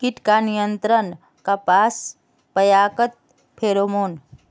कीट का नियंत्रण कपास पयाकत फेरोमोन?